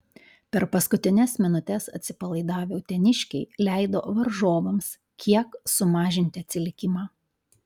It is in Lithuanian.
per paskutines minutes atsipalaidavę uteniškiai leido varžovams kiek sumažinti atsilikimą